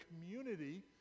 community